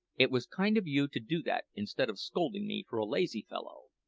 it was kind of you to do that instead of scolding me for a lazy fellow,